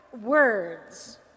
words